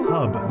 Hub